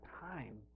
time